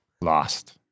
lost